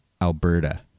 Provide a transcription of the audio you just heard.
Alberta